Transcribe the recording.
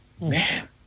Man